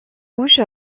rouge